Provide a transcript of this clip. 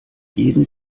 jeden